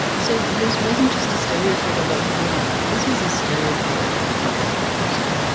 so this wasn't just a stereotype about women. this is a stereotype about the people of mosul.